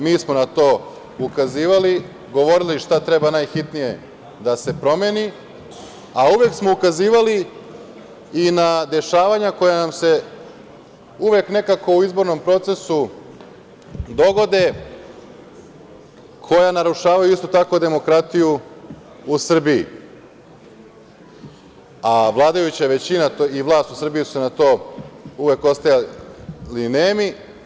Mi smo na to ukazivali, govorili šta treba najhitnije da se promeni, a uvek smo ukazivali i na dešavanja koja nam se uvek nekako u izbornom procesu dogode, koja narušavaju, isto tako, demokratiju u Srbiji, a vladajuća većina i vlast u Srbiji su na to uvek ostajali nemi.